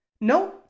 No